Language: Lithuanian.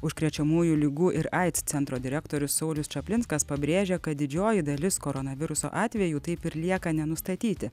užkrečiamųjų ligų ir aids centro direktorius saulius čaplinskas pabrėžia kad didžioji dalis koronaviruso atvejų taip ir lieka nenustatyti